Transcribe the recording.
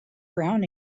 brown